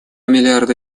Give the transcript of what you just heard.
миллиарда